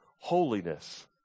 Holiness